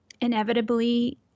inevitably